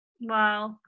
wow